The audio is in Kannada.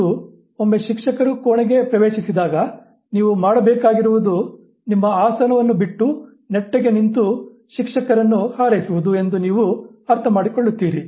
ಮತ್ತು ಒಮ್ಮೆ ಶಿಕ್ಷಕರು ಕೋಣೆಗೆ ಪ್ರವೇಶಿಸಿದಾಗ ನೀವು ಮಾಡಬೇಕಾಗಿರುವುದು ನಿಮ್ಮ ಆಸನವನ್ನು ಬಿಟ್ಟು ನೆಟ್ಟಗೆ ನಿಂತು ಶಿಕ್ಷಕರನ್ನು ಹಾರೈಸುವುದು ಎಂದು ನೀವು ಅರ್ಥಮಾಡಿಕೊಳ್ಳುತ್ತೀರಿ